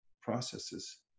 processes